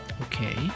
Okay